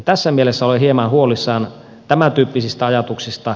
tässä mielessä olen hieman huolissani tämäntyyppisistä ajatuksista